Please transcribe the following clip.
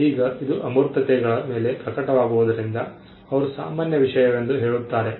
ಈಗ ಇದು ಅಮೂರ್ತತೆಗಳ ಮೇಲೆ ಪ್ರಕಟವಾಗುವುದರಿಂದ ಅವರು ಸಾಮಾನ್ಯ ವಿಷಯವೆಂದು ಹೇಳುತ್ತಾರೆ